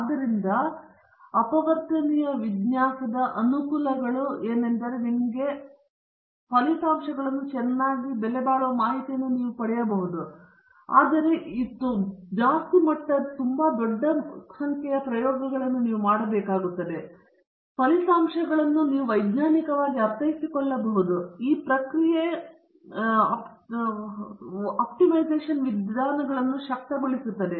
ಆದ್ದರಿಂದ ಅಪವರ್ತನೀಯ ವಿನ್ಯಾಸದ ಅನುಕೂಲಗಳು ನಿಮ್ಮ ಫಲಿತಾಂಶಗಳನ್ನು ನೀವು ವೈಜ್ಞಾನಿಕವಾಗಿ ಅರ್ಥೈಸಿಕೊಳ್ಳಬಹುದು ಇದು ಪ್ರತಿಕ್ರಿಯೆ ಹಂತದ ವಿಧಾನದಂತಹ ಆಪ್ಟಿಮೈಜೇಷನ್ ವಿಧಾನಗಳನ್ನು ಶಕ್ತಗೊಳಿಸುತ್ತದೆ